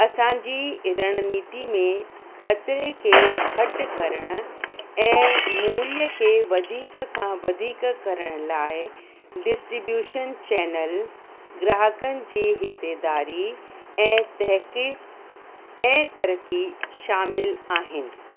असांजी रणनीति में खतरे खे घटि करणु ऐं मूल्य खे वधीक खां वधीक करण लाइ डिस्ट्रीब्यूशन चैनल ग्राहकनि जी हिस्सेदारी ऐं तहकीक ऐं तरक़ी शामिल आहिनि